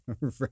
Right